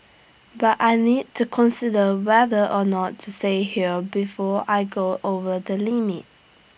but I need to consider whether or not to stay here before I go over the limit